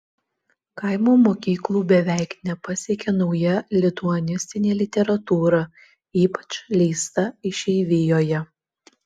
kaimo mokyklų beveik nepasiekia nauja lituanistinė literatūra ypač leista išeivijoje